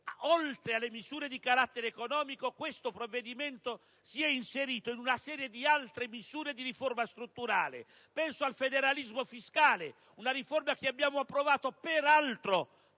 oltre alle misure di carattere economico, questo provvedimento si è inserito in una serie di altre misure di riforma strutturale: penso al federalismo fiscale, una riforma che abbiamo approvato peraltro